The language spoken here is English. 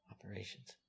operations